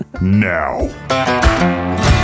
Now